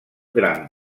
gran